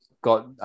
got